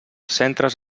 centres